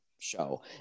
show